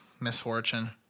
misfortune